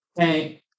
Okay